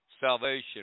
Salvation